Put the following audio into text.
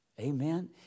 Amen